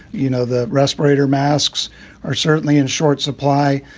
you know, the respirator masks are certainly in short supply,